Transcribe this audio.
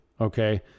Okay